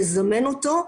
לזמן אותו,